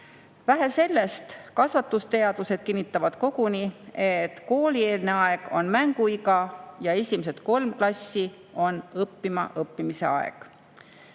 Vähe sellest, kasvatusteadlased kinnitavad koguni, et koolieelne aeg on mänguiga ja esimesed kolm klassi on õppima õppimise aeg.